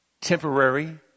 temporary